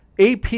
AP